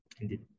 indeed